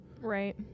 Right